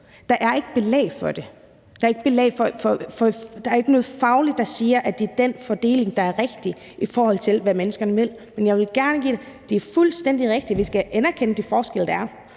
Der er ikke belæg for det. Der er ikke noget fagligt, der siger, at det er den fordeling, der er rigtig, i forhold til hvad mennesker vil. Men jeg vil gerne sige, at det er fuldstændig rigtigt, at vi skal anerkende de forskelle, der